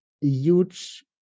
huge